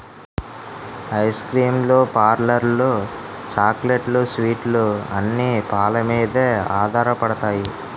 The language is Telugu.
ఐస్ క్రీమ్ లు పార్లర్లు చాక్లెట్లు స్వీట్లు అన్ని పాలమీదే ఆధారపడతాయి